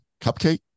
cupcake